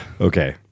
Okay